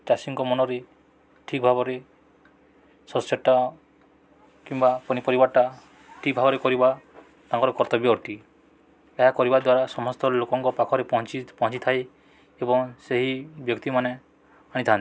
ଚାଷୀଙ୍କ ମନରେ ଠିକଭାବରେ ଶସ୍ୟଟା କିମ୍ବା ପନିପରିବାଟା ଠିକଭାବରେ କରିବା ତାଙ୍କର କର୍ତ୍ତବ୍ୟ ଅଟେ ଏହା କରିବା ଦ୍ୱାରା ସମସ୍ତ ଲୋକଙ୍କ ପାଖରେ ପହଞ୍ଚିଥାଏ ଏବଂ ସେହି ବ୍ୟକ୍ତିମାନେ ଆଣିଥାନ୍ତି